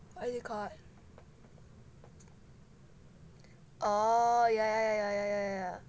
what is it called oh yeah yeah